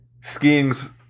skiing's